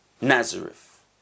Nazareth